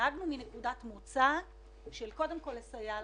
נהגנו מנקודת מוצא קודם כול לסייע לממשלה.